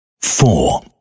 four